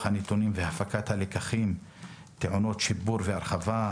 הנתונים והפקת הלקחים טעונה שיפור והרחבה.